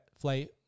flight